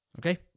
okay